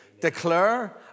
declare